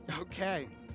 Okay